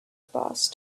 passed